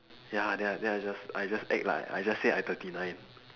ya lah then I then I just I just act like I just say I thirty nine